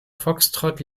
foxtrott